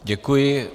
Děkuji.